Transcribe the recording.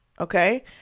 okay